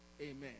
Amen